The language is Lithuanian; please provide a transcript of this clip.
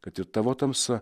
kad ir tavo tamsa